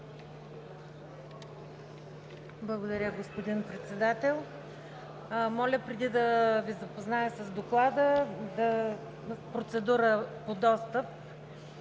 Благодаря, господин Председател. Моля, преди да Ви запозная с Доклада, процедура по допуск